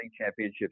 Championship